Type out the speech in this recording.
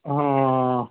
ਹਾਂ